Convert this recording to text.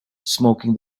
smoking